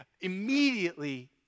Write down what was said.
immediately